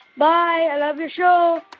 bye. i love your show